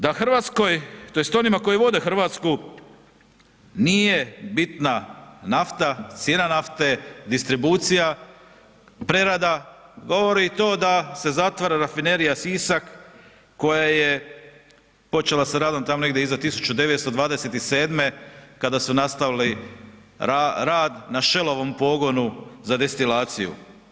Da Hrvatskoj, tj. onima koji vode Hrvatsku nije bitna nafta, cijena nafte, distribucija, prerada, govori i to da se zatvara Rafinerija Sisak, koja je počela s radom tamo negdje iza 1927. kada su nastali rad na Shellovom pogonu za destilaciju.